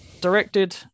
directed